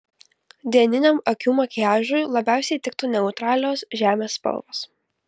dieniniam akių makiažui labiausiai tiktų neutralios žemės spalvos